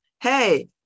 Hey